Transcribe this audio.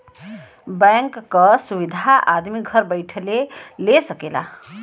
bank क सुविधा आदमी घर बैइठले ले सकला